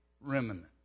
remnant